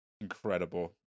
incredible